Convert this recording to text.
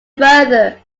further